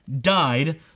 died